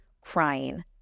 crying